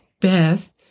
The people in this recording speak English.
Beth